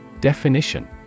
Definition